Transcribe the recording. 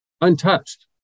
untouched